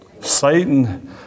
Satan